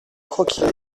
croquié